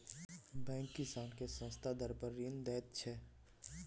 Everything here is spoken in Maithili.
बैंक किसान केँ सस्ता दर पर ऋण दैत छै